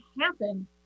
happen